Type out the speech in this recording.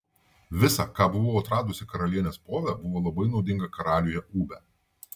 visa ką buvau atradusi karalienės pove buvo labai naudinga karaliuje ūbe